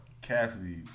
Cassidy